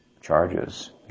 Charges